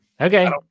Okay